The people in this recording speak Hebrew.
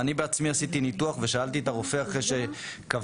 אני בעצמי עשיתי ניתוח ושאלתי את הרופא אחרי שקבעתי